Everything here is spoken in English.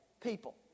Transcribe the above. people